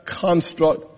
construct